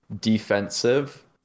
defensive